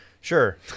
Sure